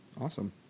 Awesome